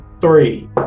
three